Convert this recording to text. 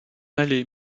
aller